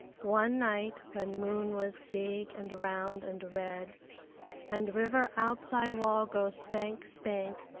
one night when moon was big and round and red and river outside wall go spank, spank,